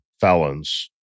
felons